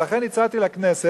ולכן, הצעתי לכנסת